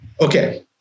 Okay